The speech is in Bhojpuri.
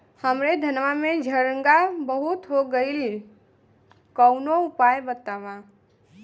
हमरे धनवा में झंरगा बहुत हो गईलह कवनो उपाय बतावा?